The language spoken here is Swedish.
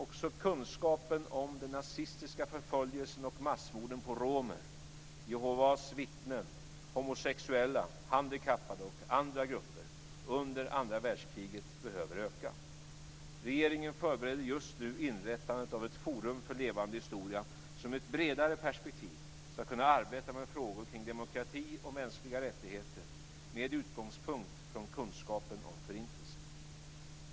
Också kunskapen om den nazistiska förföljelsen och massmorden på romer, Jehovas vittnen, homosexuella, handikappade och andra grupper under andra världskriget behöver öka. Regeringen förbereder just nu inrättandet av ett forum för levande historia som i ett bredare perspektiv ska kunna arbeta med frågor kring demokrati och mänskliga rättigheter med utgångspunkt från kunskapen om Förintelsen.